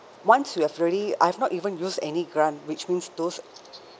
once you've already I've not even use any grant which means those